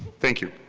thank you.